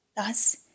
Thus